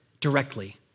directly